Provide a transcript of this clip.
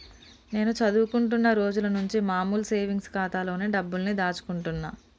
నేను చదువుకుంటున్న రోజులనుంచి మామూలు సేవింగ్స్ ఖాతాలోనే డబ్బుల్ని దాచుకుంటున్నా